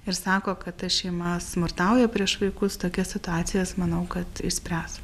ir sako kad ta šeima smurtauja prieš vaikus tokias situacijas manau kad išspręs